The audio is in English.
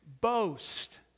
boast